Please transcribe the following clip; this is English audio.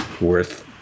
worth